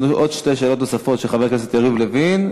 יש לנו עוד שתי שאלות נוספות: של חבר הכנסת יריב לוין,